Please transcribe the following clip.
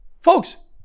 Folks